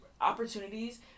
opportunities